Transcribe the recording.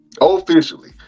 officially